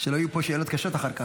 שלא יהיו פה שאלות קשות אחר כך.